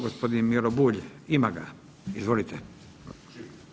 Gospodin Miro Bulj, ima ga, izvolite.